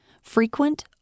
Frequent